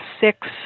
six